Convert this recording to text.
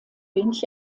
wenig